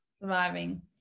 Surviving